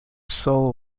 soul